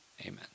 Amen